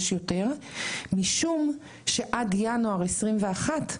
עד ינואר 2021,